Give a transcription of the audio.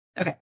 Okay